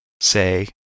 say